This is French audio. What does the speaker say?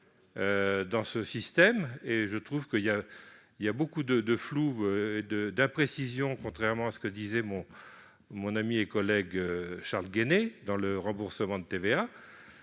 dans le système. Au-delà, je trouve qu'il y a beaucoup de flou, d'imprécisions, contrairement à ce que disait mon ami et collègue Charles Guené, dans le système de remboursement de la